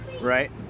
Right